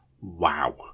wow